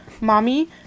mommy